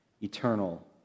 eternal